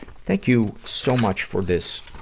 thank you so much for this